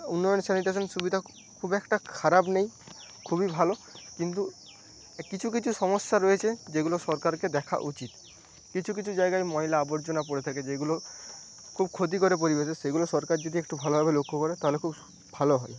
উন্নয়ন স্যানিটেশন সুবিধা খুব একটা খারাপ নেই খুবই ভালো কিন্তু কিছু কিছু সমস্যা রয়েছে যেগুলো সরকারকে দেখা উচিৎ কিছু কিছু জায়গায় ময়লা আবর্জনা পড়ে থাকে যেগুলো খুব ক্ষতি করে পরিবেশের সেগুলো সরকার যদি একটু ভালোভাবে লক্ষ্য করে তাহলে খুব ভালো হয়